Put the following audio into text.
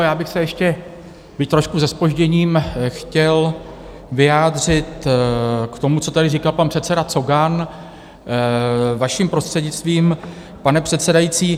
Já bych se ještě, byť trošku se zpožděním, chtěl vyjádřit k tomu, co tady říkal pan předseda Cogan, vaším prostřednictvím, pane předsedající.